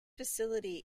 facility